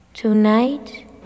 Tonight